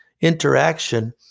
interaction